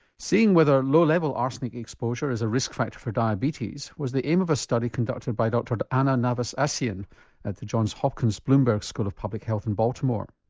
seeing whether low level arsenic exposure is a risk factor for diabetes was the aim of a study conducted by dr ana navas-acien at the johns hopkins bloomberg school of public health in baltimore.